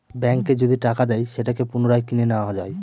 ব্যাঙ্কে যদি টাকা দেয় সেটাকে পুনরায় কিনে নেত্তয়া যায়